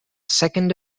second